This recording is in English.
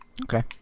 Okay